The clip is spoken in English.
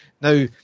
Now